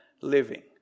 living